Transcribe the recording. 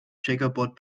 checkerboard